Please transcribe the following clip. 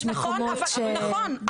נכון,